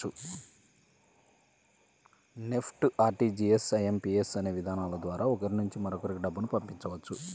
NEFT, RTGS, IMPS అనే విధానాల ద్వారా ఒకరి నుంచి మరొకరికి డబ్బును పంపవచ్చు